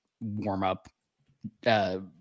warm-up